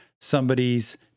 somebody's